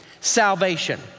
salvation